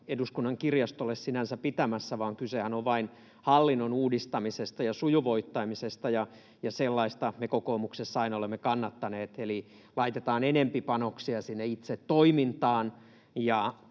Eduskunnan kirjastolle sinänsä pitämässä, vaan kysehän on vain hallinnon uudistamisesta ja sujuvoittamisesta, ja sellaista me kokoomuksessa aina olemme kannattaneet. Eli laitetaan enempi panoksia sinne itse toimintaan